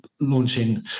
launching